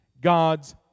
God's